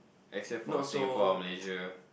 except for Singapore or Malaysia